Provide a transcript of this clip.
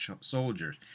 soldiers